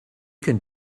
can